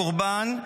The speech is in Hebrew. הקורבן,